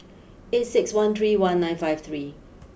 eight six one three one nine five three